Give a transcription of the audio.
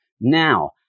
Now